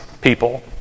people